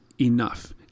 enough